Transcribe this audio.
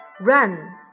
run